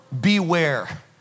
Beware